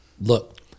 Look